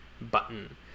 button